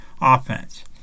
offense